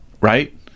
right